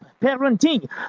parenting